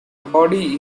body